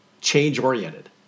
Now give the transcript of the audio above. Change-oriented